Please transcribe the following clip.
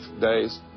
Days